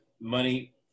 money